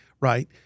right